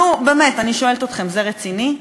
נו, באמת, אני שואלת אתכם, זה רציני?